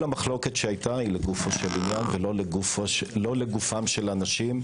כל המחלוקת שהייתה היא לגופו של עניין ולא לגופם של אנשים,